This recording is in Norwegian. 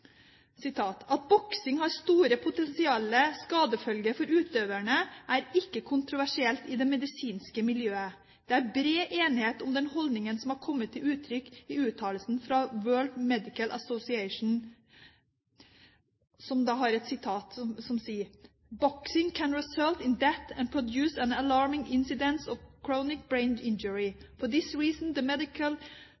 har store potensielle skadefølger for utøveren er ikke kontroversielt i det medisinske miljøet. Det er bred enighet om den holdningen som har kommet til uttrykk i uttalelsen fra World Medical Association